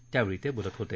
त्यावेळी ते बोलत होते